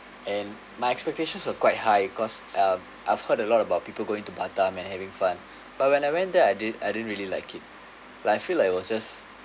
and my expectations were quite high cause um I've heard a lot about people going to batam and having fun but when I went there I didn't I didn't really like it like I feel like it was just